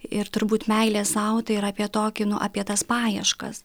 ir turbūt meilė sau tai yra apie tokį nu apie tas paieškas